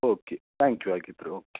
okay thank you ಹಾಗಿದ್ರೆ okay